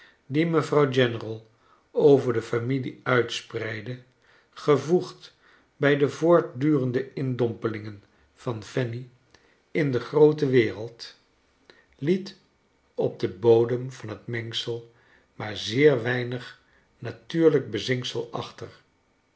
die mevrouw general over de familie uitspreidde gevoegd bij de voortdurende indompelingen van fanny in de groote wereld liet op den bodem van het mengsel maar zeer weinig natuurlijk bezinksel achter